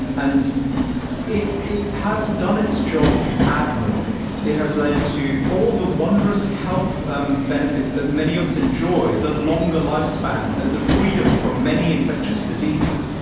and if it has done its job admirably, it has led to all the wondrous health um benefits that many of us enjoy the longer lifespan, the freedom from many infectious diseases.